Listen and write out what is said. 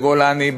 בגולני,